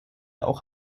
auch